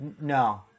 no